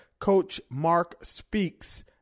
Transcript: coachmarkspeaks